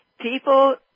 People